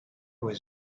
was